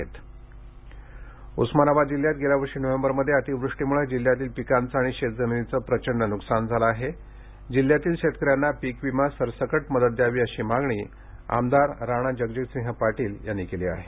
उस्मानाबाद मागणी उस्मानाबाद जिल्ह्यात गेल्या वर्षी नोव्हेबरमध्ये अतिवृष्टीम्ळे जिल्ह्यातील पिकांचं आणि शेतजमीनीचं प्रचंड न्कसान झालं आहे जिल्ह्यातील शेतकऱ्यांना पिकविमा सरसकट मदत द्यावी अशी मागणी आमदार राणा जगजितसिंह पाटील यांनी केली आहे